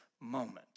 moment